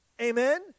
Amen